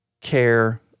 care